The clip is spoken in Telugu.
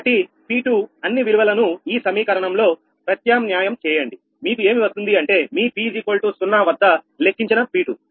కాబట్టిP2 అన్ని విలువలను ఈ సమీకరణం లో ప్రత్యామ్న్యాయం చేయండి మీకు ఏమి వస్తుంది అంటే మీ p0 వద్ద లెక్కించిన P2